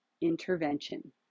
intervention